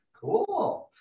cool